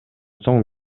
соң